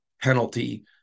penalty